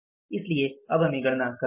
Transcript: इसलिए हमें अब गणना करनी होगी